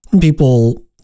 people